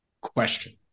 question